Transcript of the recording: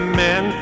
men